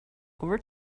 over